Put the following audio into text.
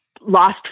lost